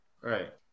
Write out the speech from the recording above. Right